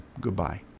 Goodbye